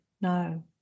no